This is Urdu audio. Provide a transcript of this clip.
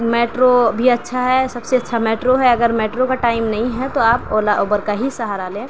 میٹرو بھی اچّھا ہے سب سے اچّھا میٹرو ہے اگر میٹرو کا ٹائم نہیں ہے تو آپ اولا اوبر کا ہی سہارا لیں